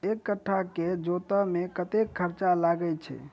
एक कट्ठा केँ जोतय मे कतेक खर्चा लागै छै?